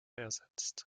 ersetzt